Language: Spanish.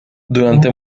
durante